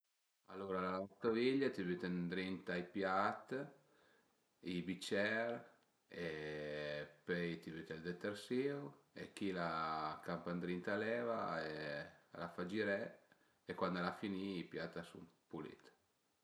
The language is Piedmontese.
La lavastoviglie t'i büte ëndrinta i piat, i bicer e pöi t'i büte ël detersìu e chila a campa ëndrinta l'eva e a la fa giré e cuand al a finì i piat a sun pulit